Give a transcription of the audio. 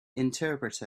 interpret